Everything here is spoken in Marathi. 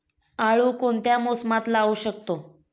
आळू कोणत्या मोसमात लावू शकतो?